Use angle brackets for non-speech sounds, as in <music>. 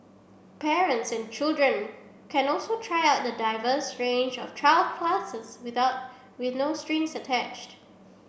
parents and children can also try out a diverse range of trial classes <unintelligible> with no strings attached